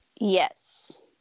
Yes